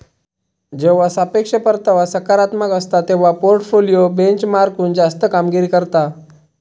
जेव्हा सापेक्ष परतावा सकारात्मक असता, तेव्हा पोर्टफोलिओ बेंचमार्कहुन जास्त कामगिरी करता